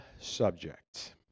subject